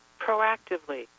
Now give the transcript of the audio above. proactively